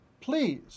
please